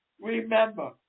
remember